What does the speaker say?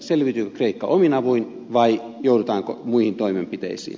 selviytyykö kreikka omin avuin vai joudutaanko muihin toimenpiteisiin